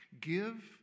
give